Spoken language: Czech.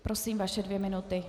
Prosím, vaše dvě minuty.